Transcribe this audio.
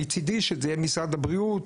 מצידי שזה יהיה משרד הבריאות,